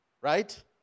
Right